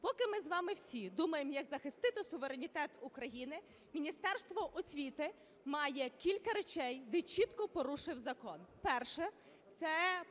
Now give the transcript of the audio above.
Поки ми з вами всі думаємо, як захистити суверенітет України, Міністерство освіти має кілька речей, де чітко порушено закон. Перше - це